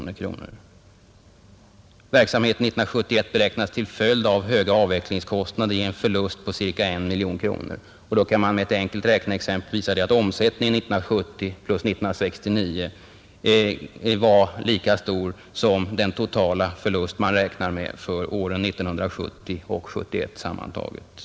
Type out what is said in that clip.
”Verksamheten 1971 beräknas till följd av höga avvecklingskostnader ge en förlust på cirka I mkr.” Ett enkelt räkneexempel visar att omsättningen 1970 plus 1969 var lika stor som den totala förlust man räknar med för åren 1970 och 1971 sammantaget.